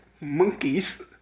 monkeys